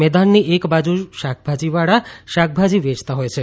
મેદાનની એક બાજુ શાકભાજીવાળા શાકભાજી વેચતા હોય છે